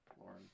Lauren